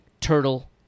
turtle